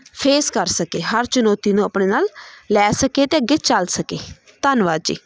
face ਕਰ ਸਕੇ ਹਰ ਚੁਣੌਤੀ ਨੂੰ ਆਪਣੇ ਨਾਲ ਲੈ ਸਕੇ ਅਤੇ ਅੱਗੇ ਚੱਲ ਸਕੇ ਧੰਨਵਾਦ ਜੀ